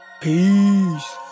Peace